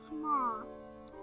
moss